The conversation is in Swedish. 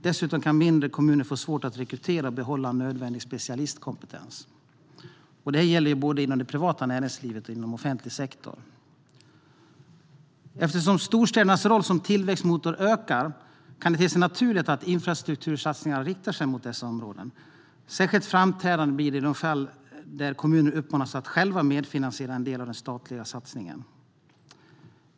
Dessutom kan mindre kommuner få svårt att rekrytera och behålla nödvändig specialistkompetens. Detta gäller både inom det privata näringslivet och inom offentlig sektor. Eftersom storstädernas roll som tillväxtmotorer ökar kan det te sig naturligt att infrastruktursatsningar riktas mot dessa områden. Särskilt framträdande blir det i de fall där kommuner uppmanas att själva medfinansiera en del av den statliga satsningen.